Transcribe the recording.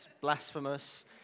blasphemous